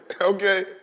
Okay